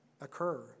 occur